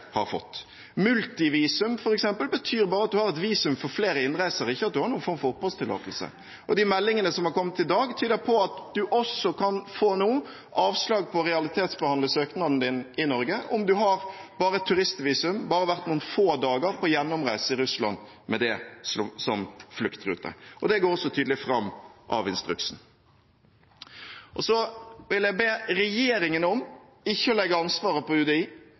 har fått. Multivisum, f.eks., betyr bare at man har et visum for flere innreiser, ikke at man har noen form for oppholdstillatelse. De meldingene som har kommet i dag, tyder på at en nå også kan få avslag på å realitetsbehandle søknaden i Norge om en bare har turistvisum, bare har vært noen få dager på gjennomreise i Russland med det som fluktrute. Det går også tydelig fram av instruksen. Så vil jeg be regjeringen om ikke å legge ansvaret på